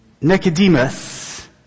Nicodemus